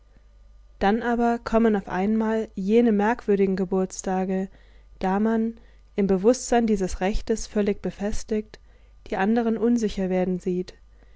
dann aber kommen auf einmal jene merkwürdigen geburtstage da man im bewußtsein dieses rechtes völlig befestigt die anderen unsicher werden sieht